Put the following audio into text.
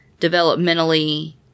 developmentally